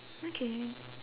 okay